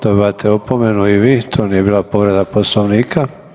Dobivate opomenu i vi to nije bila povreda Poslovnika.